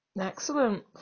Excellent